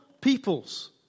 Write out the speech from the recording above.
peoples